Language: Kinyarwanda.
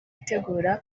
itegura